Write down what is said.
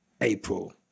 april